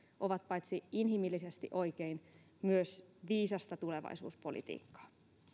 ovat paitsi inhimillisesti oikein myös viisasta tulevaisuuspolitiikkaa